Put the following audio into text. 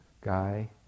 guy